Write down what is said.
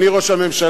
אדוני ראש הממשלה,